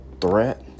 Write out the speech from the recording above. threat